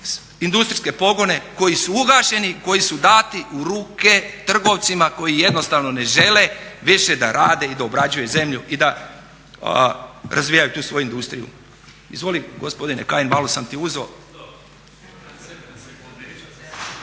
industrijske pogone koji su ugašeni, koji su dati u ruke trgovcima koji jednostavno ne žele više da rade i da obrađuju zemlju i da razvijaju tu svoju industriju. Izvoli gospodine Kajin, malo sam ti uzeo.